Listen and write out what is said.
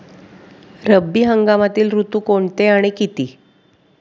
रब्बी हंगामातील ऋतू कोणते आणि किती?